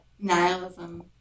nihilism